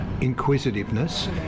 inquisitiveness